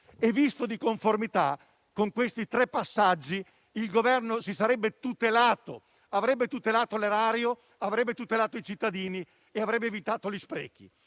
e visto di conformità il Governo di sarebbe tutelato, avrebbe tutelato l'Erario, avrebbe tutelato i cittadini e avrebbe evitato gli sprechi.